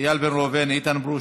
איל בן ראובן, איתן ברושי,